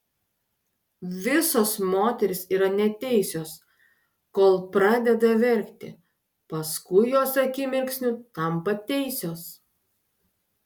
visos moterys yra neteisios kol pradeda verkti paskui jos akimirksniu tampa teisios